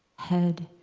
head,